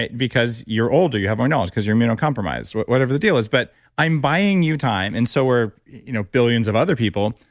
because you're older, you have more knowledge, because you're immunocompromised, whatever the deal is, but i'm buying you time, and so were you know billions of other people,